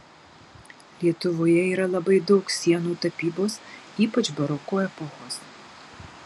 lietuvoje yra labai daug sienų tapybos ypač baroko epochos